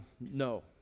No